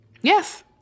yes